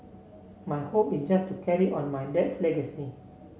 my hope is just to carry on my dad's legacy